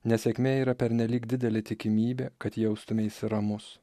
nesėkmė yra pernelyg didelė tikimybė kad jaustumeisi ramus